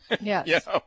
Yes